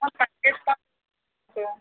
cut చేస్తా